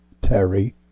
Terry